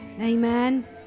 Amen